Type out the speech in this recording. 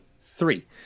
Three